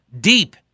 deep